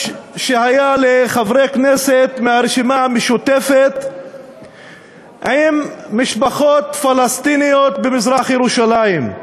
שהיה לחברי הכנסת מהרשימה המשותפת עם משפחות פלסטיניות במזרח-ירושלים.